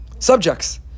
Subjects